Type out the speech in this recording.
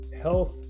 health